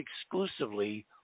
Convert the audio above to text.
exclusively